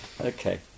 Okay